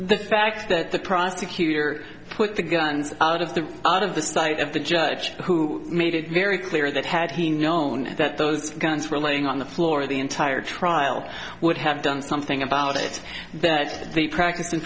the fact that the process cuter put the guns out of the out of the sight of the judge who made it very clear that had he known that those guns were laying on the floor the entire trial would have done something about it that the practic